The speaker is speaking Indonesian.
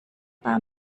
pak